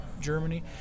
Germany